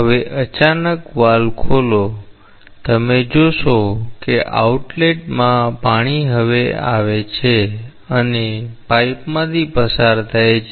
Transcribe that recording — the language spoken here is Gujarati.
હવે અચાનક વાલ્વ ખોલો તમે જોશો કે આઉટલેટમાં પાણી આવે છે અને પાઇપમાંથી પસાર થાય છે